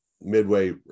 midway